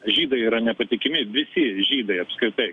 žydai yra nepatikimi visi žydai apskritai